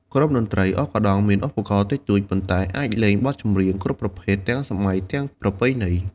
ក្រុមតន្ត្រី អកកាដង់មានឧបករណ៍តិចតួច ប៉ុន្តែអាចលេងបទចម្រៀងគ្រប់ប្រភេទ ទាំងសម័យ ទាំងប្រពៃណី ។